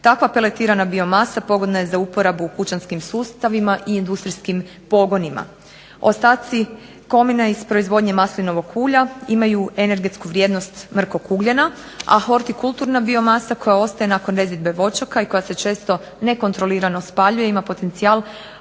Takva peltirana biomasa pogodna je za uporabu u kućanskim sustavima i industrijskim pogonima. Ostaci komina iz proizvodnje maslinovog ulja imaju energetskog vrijednost mrkog ugljena, a hortikulturna biomasa koja ostaje nakon rezidbe voćaka i koja se često nekontrolirano spaljuje ima potencijal od